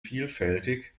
vielfältig